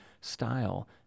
style